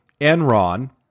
Enron